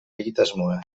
egitasmoa